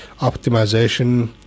optimization